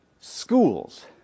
schools